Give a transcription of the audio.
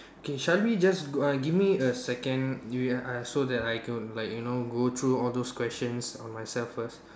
K shall we just uh give me a second we uh so that I can like you know go through all those questions by myself first